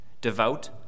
devout